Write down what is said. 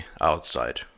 outside